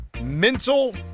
Mental